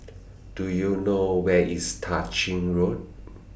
Do YOU know Where IS Tah Ching Road